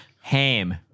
ham